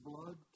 blood